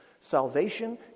Salvation